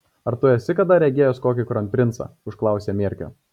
ar tu esi kada regėjęs kokį kronprincą užklausė mierkio